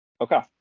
Okay